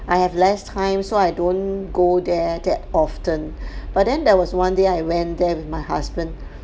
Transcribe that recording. I have less time so I don't go there that often but then there was one day I went there with my husband